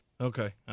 Okay